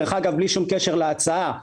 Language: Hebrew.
בלי שום קשר להצעה,